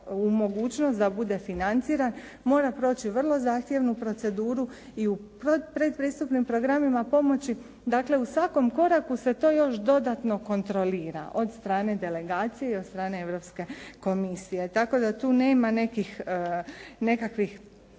u mogućnost da bude financiran mora proći vrlo zahtjevnu proceduru i u predpristupnim programima pomoći dakle u svakom koraku se to još dodatno kontrolira od strane delegacije i od strane Europske komisije tako da tu nema nekakvih